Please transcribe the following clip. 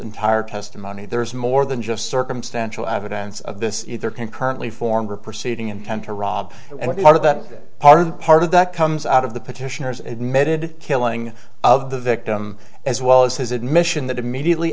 entire testimony there's more than just circumstantial evidence of this or concurrently former proceeding intend to rob out of that part and part of that comes out of the petitioners admitted killing of the victim as well as his admission that immediately